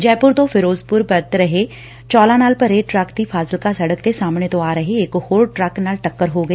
ਜੈਪੁਰ ਤੋ ਫਿਰੋਜ਼ਪੁਰ ਪਰਤ ਰਹੇ ਚੋਲਾਂ ਨਾਲ ਭਰੇ ਟਰੱਕ ਦੀ ਫਾਜ਼ਿਲਕਾ ਸੜਕ ਤੇ ਸਾਹਮਣੇ ਤੋ ਆਰੇ ਰਹੇ ਇਕ ਹੋਰ ਟਰੱਕ ਨਾਲ ਟੱਕਰ ਹੋ ਗਈ